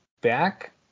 back